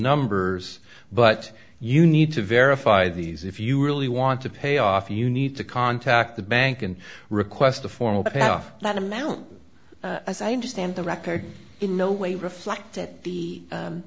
numbers but you need to verify these if you really want to pay off you need to contact the bank and request a formal pay off that amount as i understand the record